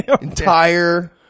Entire